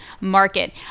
Market